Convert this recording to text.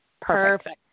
Perfect